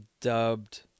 dubbed